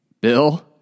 Bill